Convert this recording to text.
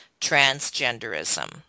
transgenderism